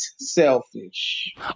selfish